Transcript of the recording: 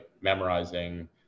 memorizing